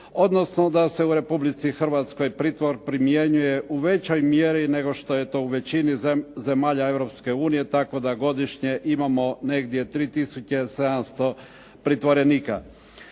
odnosno da se u Republici Hrvatskoj pritvor primjenjuje u većoj mjeri nego što je to u većini zemalja Europske unije, tako da godišnje imamo negdje 3 tisuće 700 pritvorenika.